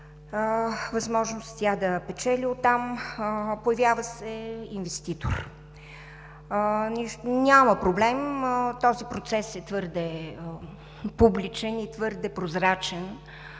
възможност тя да печели оттам, появява се инвеститор. Няма проблем. Този процес е твърде публичен и прозрачен,